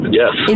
yes